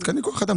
אלה תקני כוח אדם.